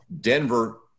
Denver –